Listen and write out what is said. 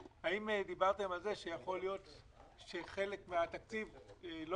האם דיברתם על זה שיכול להיות שחלק מהתקציב לא